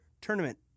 tournament